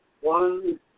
One